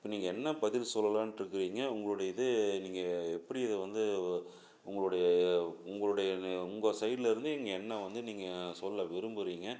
நீங்கள் என்ன பதில் சொல்லலான்ட்டுருக்குறீங்க உங்களுடைய இது நீங்கள் எப்படி இதை வந்து உங்களுடைய உங்களுடைய உங்கள் சைடுலேர்ந்து இங்கே என்ன வந்து நீங்கள் சொல்ல விரும்புகிறீங்க